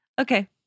Okay